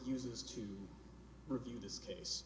uses to review this case